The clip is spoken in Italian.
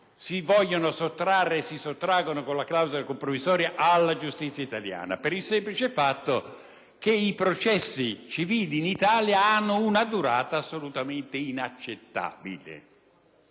si vogliono sottrarre e si sottraggono con la clausola compromissoria alla giustizia italiana? Per il semplice fatto che i processi civili in Italia hanno una durata assolutamente inaccettabile.